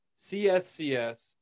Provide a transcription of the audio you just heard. CSCS